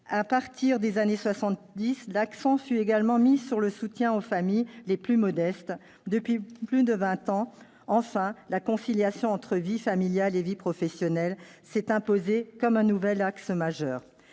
à partir des années soixante-dix, l'accent fut également mis sur le soutien aux familles les plus modestes ; depuis plus de vingt ans, enfin, la conciliation entre vie familiale et vie professionnelle s'est imposée comme un nouvel axe majeur.